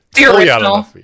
original